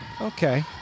Okay